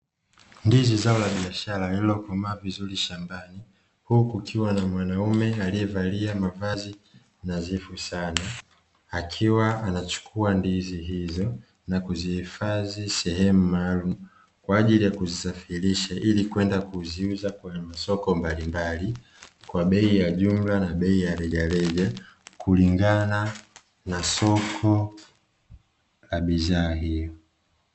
Ndizi zao la biashara lililokomaa vizuri shambani, huku kukiwa na mwanaume aliye valia mavazi nadhifu sana, akiwa anachukua ndizi hizo na kuzihifadhi sehemu maalumu kwa ajili ya kuzisafirisha, ili kwenda kuziuza kwenye masoko mbalimbali, kwa bei ya jumla na bei ya rejareja, kulingana na soko la bidhaa hiyo.